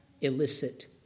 illicit